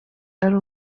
ari